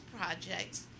projects